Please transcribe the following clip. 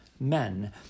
men